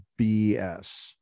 BS